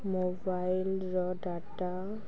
ମୋବାଇଲ୍ର ଡାଟା